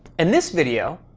and this video,